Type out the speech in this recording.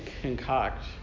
concoct